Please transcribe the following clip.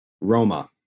Roma